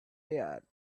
there